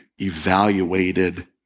evaluated